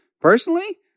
Personally